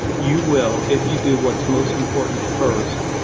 you will, if you do what's most important first,